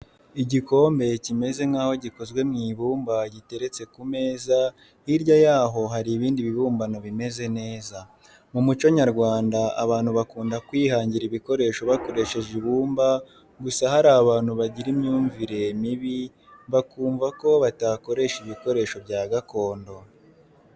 Igikombe kimeze nkaho gikozwe mu ibumba giteretse ku meza hirya yaho hari ibindi bibumbano bimeze neza. Mu muco Nyarwanda abantu bakunda kwihangira ibikoresho bakoresheje ibumba, gusa hari abantu bagira imyumvire mibi bakumva ko batakoresha ibikoresho bya gakondo.